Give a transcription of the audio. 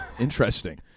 interesting